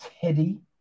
Teddy